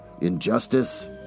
injustice